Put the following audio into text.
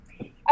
Okay